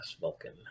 Vulcan